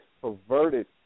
perverted